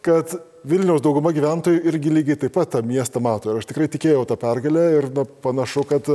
kad vilniaus dauguma gyventojų irgi lygiai taip pat tą miestą mato ir aš tikrai tikėjau ta pergale ir na panašu kad